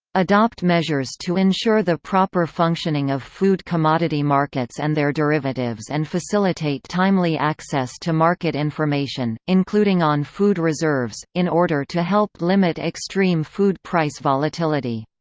adopt measures to ensure the proper functioning of food commodity markets and their derivatives and facilitate timely access to market information, including on food reserves, in order to help limit extreme food price volatility.